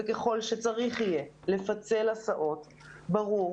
וככל שצריך יהיה לפצל הסעות, ברור